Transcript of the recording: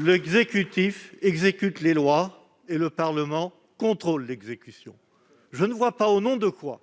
l'exécutif exécute les lois et le Parlement contrôle cette exécution. Je ne vois pas au nom de quoi